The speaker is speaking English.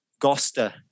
Gosta